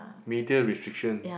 media restriction